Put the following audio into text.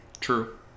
true